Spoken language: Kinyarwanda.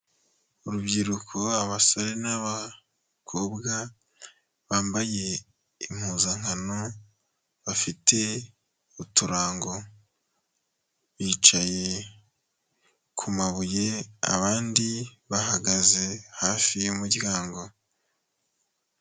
Urubyiruko abasore n'abakobwa, bambaye impuzankano bafite uturango, bicaye ku mabuye abandi bahagaze hafi y'umuryango.